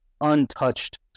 untouched